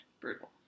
Brutal